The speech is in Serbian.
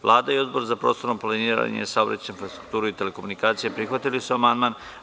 Vlada i Odbor za prostorno planiranje, saobraćaj, infrastrukturu i telekomunikacije prihvatili su amandman.